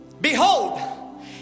Behold